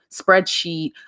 spreadsheet